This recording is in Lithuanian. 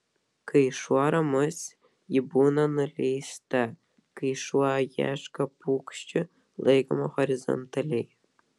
kai šuo ramus ji būna nuleista kai šuo ieško paukščių laikoma horizontaliai